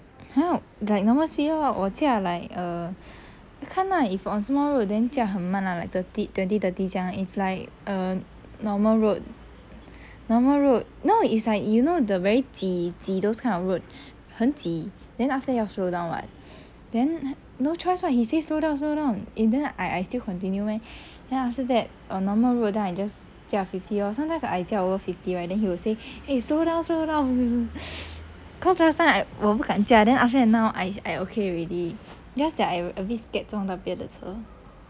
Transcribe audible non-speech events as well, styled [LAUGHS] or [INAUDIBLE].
!huh! like normal speed lor 我驾 like err [BREATH] 看 lah if on small road then 驾很慢 lah like thirt~ twenty thirty 这样 lah if like normal road normal road no it's like you know the very 挤挤 those kind of road 很挤 then after that 要 slow down [what] then no choice lah he say slow down slow down eh then I I still continue meh [BREATH] then after that on normal road then I just 驾 fifty lor sometimes I 驾 over fifty right then he will say eh slow down slow down [LAUGHS] [BREATH] cause last time I 我不敢驾 then after that now I I okay already just that I a bit scared 撞到别人的车